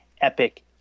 epic